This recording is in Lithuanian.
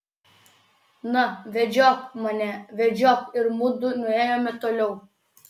na vedžiok mane vedžiok ir mudu nuėjome toliau